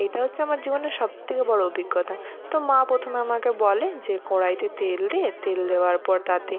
এইটা হচ্ছে আমার জীবনের সব থেকে বড়ো অভিজ্ঞতা তো মা প্রথমে আমাকে বলে যে কড়াইতে তেল দে তেল দেওয়ার পর তাতে